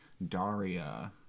Daria